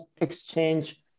exchange